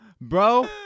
Bro